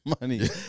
money